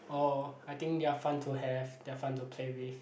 oh I think they are fun to have they are fun to play with